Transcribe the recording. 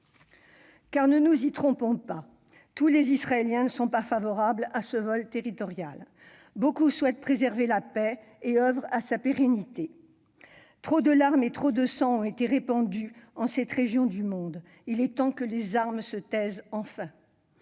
Car ne nous y trompons pas : tous les Israéliens ne sont pas favorables à ce vol territorial, beaucoup souhaitent préserver la paix et oeuvrent à sa pérennité. Trop de larmes et trop de sang ont été répandus en cette région du monde. Il est temps que les armes se taisent enfin.